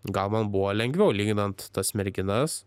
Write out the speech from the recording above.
gal man buvo lengviau lyginant tas merginas